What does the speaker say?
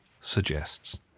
suggests